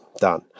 done